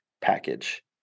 package